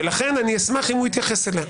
-- ולכן אני אשמח אם הוא יתייחס אליה.